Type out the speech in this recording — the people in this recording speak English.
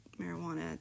marijuana